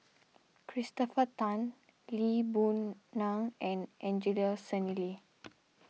Christopher Tan Lee Boon Ngan and Angelo Sanelli